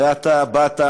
הרי אתה באת,